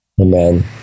Amen